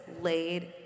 laid